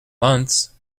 months